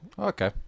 Okay